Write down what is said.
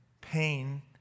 pain